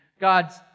God's